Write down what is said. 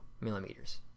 millimeters